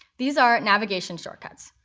these are navigation shortcuts.